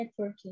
networking